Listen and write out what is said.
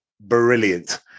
brilliant